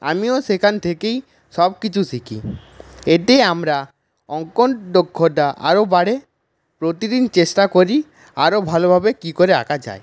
আমিও সেখান থেকেই সবকিছু শিখি এতে আমরা অঙ্কন দক্ষতা আরও বাড়ে প্রতিদিন চেস্টা করি আরও ভালোভাবে কী করে আঁকা যায়